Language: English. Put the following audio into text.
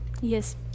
yes